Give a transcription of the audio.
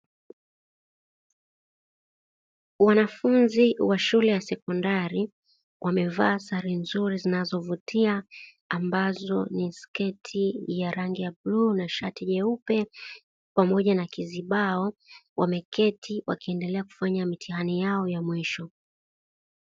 Wanafunzi wa shule ya sekondari wamevaa sare nzuri zinazovutia ambazo ni sketi ya rangi ya bluu na shati jeupe pamoja na kizibao. Wameketi wakiendelea kufanya mitihani yao ya mwisho.